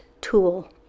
tool